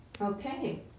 Okay